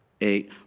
eight